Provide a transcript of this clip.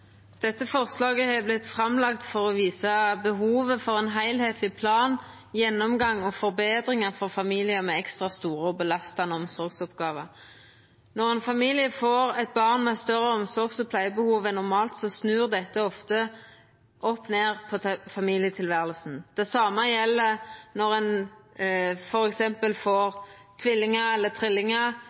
Dette forslaget har vorte framlagt for å visa behovet for ein heilskapleg plan, gjennomgang og forbetringar for familiar med ekstra store og belastande omsorgsoppgåver. Når ein familie får eit barn med større omsorgs- og pleiebehov enn normalt, snur dette ofte opp ned på familietilværet. Det same gjeld når ein f.eks. får tvillingar eller trillingar,